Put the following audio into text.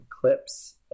clips